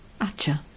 Acha